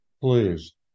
Please